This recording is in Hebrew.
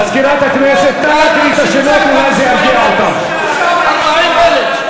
מזכירת הכנסת, נא להקריא את השמות.